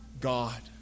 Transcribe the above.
God